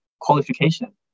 qualification